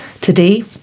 Today